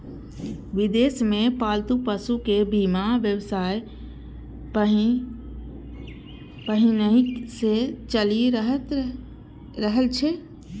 विदेश मे पालतू पशुक बीमा व्यवसाय पहिनहि सं चलि रहल छै